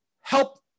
help